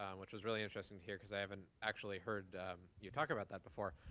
um which was really interesting to hear, because i haven't actually heard you talk about that before.